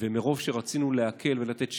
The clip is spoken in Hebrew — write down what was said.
ומרוב שרצינו להקל ולתת שירות,